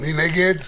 מי נגד?